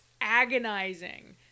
agonizing